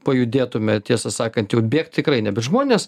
pajudėtume tiesą sakant jau bėgt tikrai ne bet žmonės